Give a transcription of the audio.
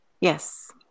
Yes